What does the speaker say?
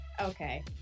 okay